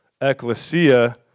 ecclesia